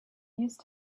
used